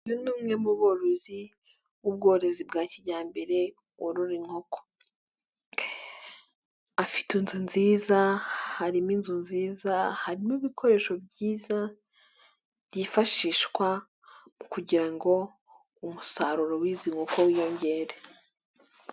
Uyu ni umwe mu borozi ubworozi bwa kijyambere warora inkoko, afite inzu nziza harimo inzu nziza harimo ibikoresho byiza, byifashishwa kugira ngo umusaruro w'izi nkoko wiyongere.